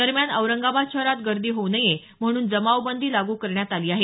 दरम्यान औरंगाबाद शहरात गर्दी होऊ नये म्हणून जमावबंदी लागू करण्यात आली आहे